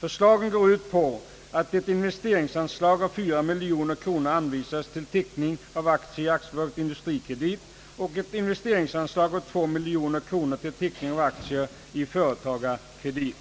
Förslagen går ut på att ett investeringsanslag av 4 miljoner kronor anvisas till teckning av aktier i AB Industrikredit och ett investeringsanslag av 2 miljoner till teckning av aktier i AB Företagskredit.